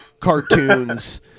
cartoons